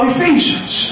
Ephesians